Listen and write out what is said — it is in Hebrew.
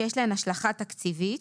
שיש להן השלכה תקציבית,